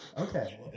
Okay